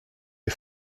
les